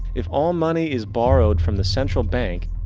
if all money is borrowed from the central bank,